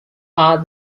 are